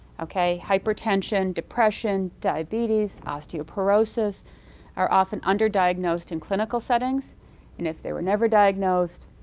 okay? hypertension, depression, diabetes, osteoporosis are often underdiagnosed in clinical settings and if they were never diagnosed,